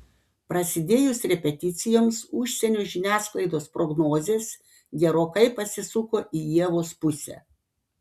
prasidėjus repeticijoms užsienio žiniasklaidos prognozės gerokai pasisuko į ievos pusę